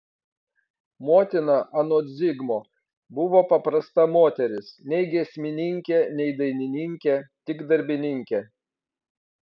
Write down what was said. motina anot zigmo buvo paprasta moteris nei giesmininkė nei dainininkė tik darbininkė